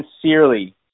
sincerely